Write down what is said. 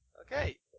Okay